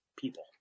people